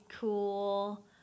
cool